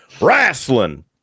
wrestling